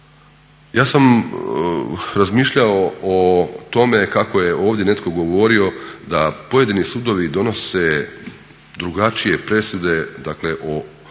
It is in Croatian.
Ja sam razmišljao o tome kako je ovdje netko govorio da pojedini sudovi donose drugačije presude dakle o